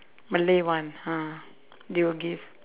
malay one ah they will give